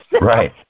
right